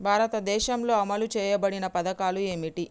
భారతదేశంలో అమలు చేయబడిన పథకాలు ఏమిటి?